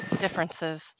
differences